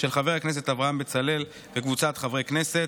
של חבר הכנסת אברהם בצלאל וקבוצת חברי הכנסת.